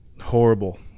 horrible